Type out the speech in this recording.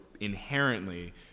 inherently